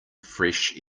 fresh